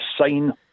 sign